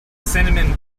cinnamon